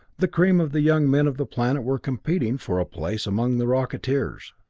the cream of the young men of the planet were competing for a place among the rocketeers.